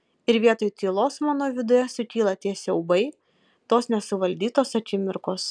ir vietoj tylos mano viduje sukyla tie siaubai tos nesuvaldytos akimirkos